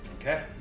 Okay